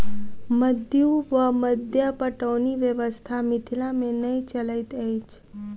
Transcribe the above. मद्दु वा मद्दा पटौनी व्यवस्था मिथिला मे नै चलैत अछि